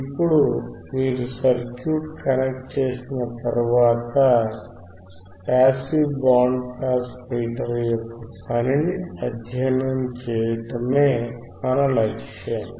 ఇప్పుడు మీరు సర్క్యూట్ను కనెక్ట్ చేసిన తర్వాత పాసివ్ బ్యాండ్ పాస్ ఫిల్టర్ యొక్క పనిని అధ్యయనం చేయడమే మన లక్ష్యం